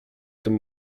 tym